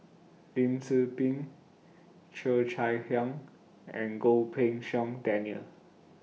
Lim Tze Peng Cheo Chai Hiang and Goh Pei Siong Daniel